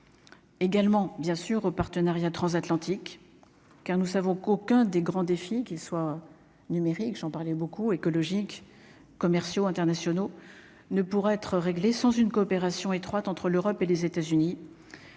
également bien sûr partenariat transatlantique, car nous savons qu'aucun des grands défis qu'ils soient numériques, j'en parlais beaucoup écologique commerciaux internationaux ne pourra être réglé sans une coopération étroite entre l'Europe et les États-Unis